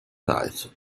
sides